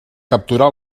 capturar